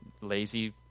lazy